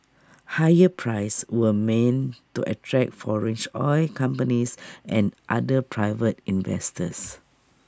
higher prices were meant to attract foreign oil companies and other private investors